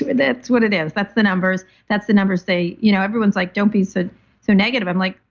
that's what it is. that's the numbers. that's the numbers they. you know everyone's like, don't be so so negative. i'm like,